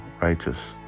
righteous